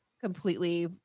completely